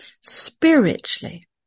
spiritually